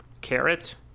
Carrots